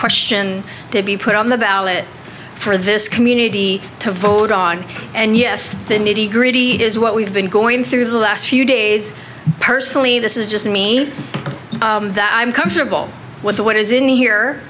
question to be put on the ballot for this community to vote on and yes the nitty gritty is what we've been going through the last few days personally this is just me i'm comfortable with the what is in the